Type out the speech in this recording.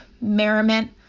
merriment